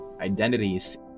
identities